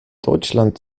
deutschland